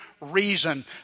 reason